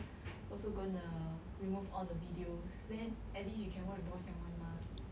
also gonna remove all the videos then at least you can watch boss yang [one] mah